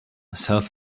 south